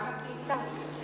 גם הקליטה.